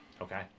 Okay